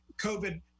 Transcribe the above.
COVID